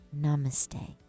namaste